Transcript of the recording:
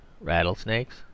rattlesnakes